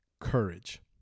Courage